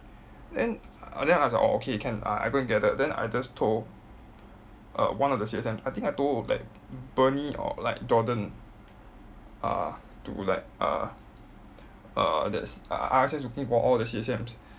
then then I was like orh okay can uh I go and gather then I just told err one of the C_S_M I think I told like bernie or like jordan uh to like uh err there's R_S_M looking for all the C_S_Ms